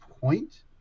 point